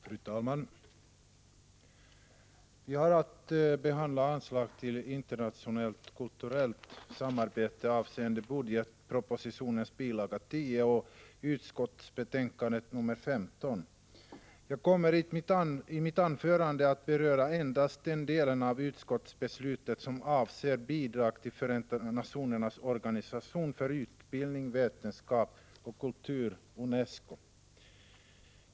Fru talman! Vi har att behandla anslag till internationellt kulturellt samarbete, avseende budgetpropositionens bil. 10 och kulturutskottets betänkande nr 15. Jag kommer i mitt anförande att beröra endast den del av utskottsbetänkandet som avser bidrag till Förenta nationernas organisation för utbildning, vetenskap och kultur, UNESCO.